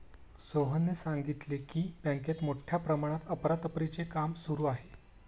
सोहनने सांगितले की, बँकेत मोठ्या प्रमाणात अफरातफरीचे काम सुरू आहे